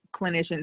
clinicians